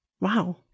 Wow